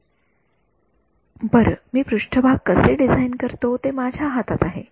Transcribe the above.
विद्यार्थीः आपल्याकडे असलेल्या पृष्ठभागावर बरं मी पृष्ठभाग कसे डिझाइन करतो ते माझ्या हातात आहे